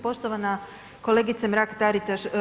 Poštovana kolegice Mrak-Taritaš.